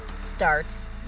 Starts